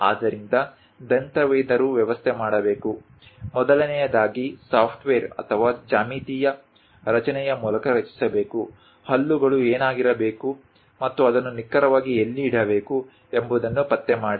ಆದ್ದರಿಂದ ದಂತವೈದ್ಯರು ವ್ಯವಸ್ಥೆ ಮಾಡಬೇಕು ಮೊದಲನೆಯದಾಗಿ ಸಾಫ್ಟ್ವೇರ್ ಅಥವಾ ಜ್ಯಾಮಿತೀಯ ರಚನೆಯ ಮೂಲಕ ರಚಿಸಬೇಕು ಹಲ್ಲುಗಳು ಏನಾಗಿರಬೇಕು ಮತ್ತು ಅದನ್ನು ನಿಖರವಾಗಿ ಎಲ್ಲಿ ಇಡಬೇಕು ಎಂಬುದನ್ನು ಪತ್ತೆ ಮಾಡಿ